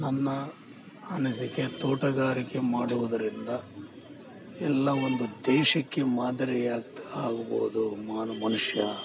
ನನ್ನ ಅನಿಸಿಕೆ ತೋಟಗಾರಿಕೆ ಮಾಡುವುದರಿಂದ ಎಲ್ಲ ಒಂದು ದೇಶಕ್ಕೆ ಮಾದರಿಯಾಗಿ ಆಗ್ಬೋದು ಮಾನ ಮನುಷ್ಯ